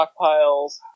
stockpiles